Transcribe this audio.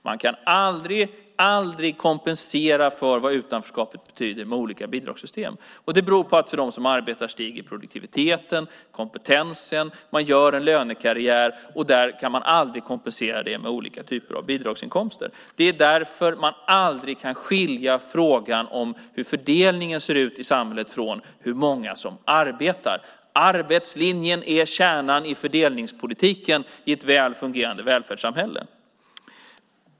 Man kan aldrig kompensera för vad utanförskapet betyder med olika bidragssystem. Det beror på att för dem som arbetar stiger produktiviteten, kompetensen ökar och man gör en lönekarriär. Man kan aldrig kompensera det med olika typer av bidragsinkomster. Det är därför man aldrig kan skilja frågan om hur fördelningen ser ut i samhället från frågan hur många som arbetar. Arbetslinjen är kärnan i fördelningspolitiken i ett välfungerande välfärdssamhälle.